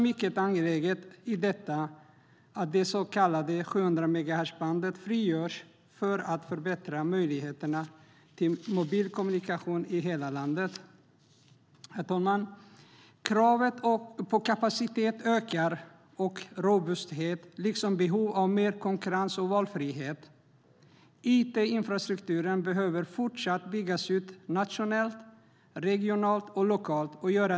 Mycket angeläget är också att det så kallade 700-megahertzbandet frigörs för att förbättra möjligheterna till mobil kommunikation i hela landet. Herr talman! Kravet på kapacitet och robusthet ökar, liksom behovet av mer konkurrens och valfrihet. It-infrastrukturen behöver fortsatt byggas ut nationellt, regionalt och lokalt.